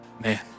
man